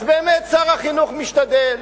אז באמת שר החינוך משתדל